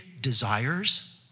desires